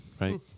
Right